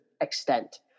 extent